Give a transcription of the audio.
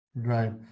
right